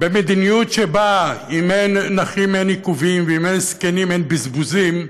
במדיניות שבה אם אין נכים אין עיכובים ואם אין זקנים אין בזבוזים,